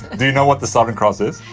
do you know what the southern cross is?